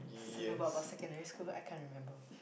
this is about secondary school I can't remember